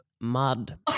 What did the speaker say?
mud